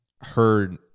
heard